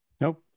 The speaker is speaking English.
Nope